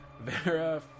Vera